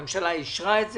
הממשלה אישרה את זה,